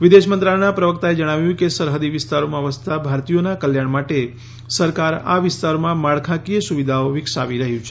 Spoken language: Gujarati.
વિદેશ મંત્રાલયના પ્રવક્તાએ જણાવ્યું કે સરહદી વિસ્તારોમાં વસતા ભારતીયોના કલ્યાણ માટે સરકાર આ વિસ્તારોમાં માળખાકીય સુવિધાઓ વિકસાવી રહ્યું છે